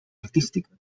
artístiques